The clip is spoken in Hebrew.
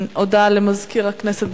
הודעה לסגן מזכירת הכנסת.